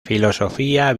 filosofía